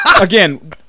Again